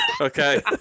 Okay